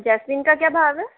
jasmine का क्या भाव है